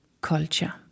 culture